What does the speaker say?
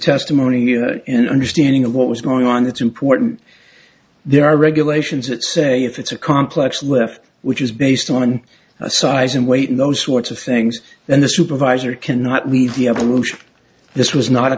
testimony in understanding of what was going on that's important there are regulations that say if it's a complex left which is based on size and weight in those warts of things then the supervisor cannot leave the evolution this was not a